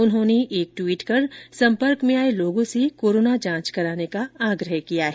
उन्होंने एक ट्वीट कर संपर्क में आए लोगों से कोरोना जांच कराने का आग्रह किया है